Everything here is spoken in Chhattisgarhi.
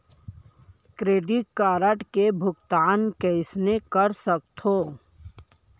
क्रेडिट कारड के भुगतान कईसने कर सकथो?